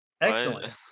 Excellent